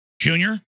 Junior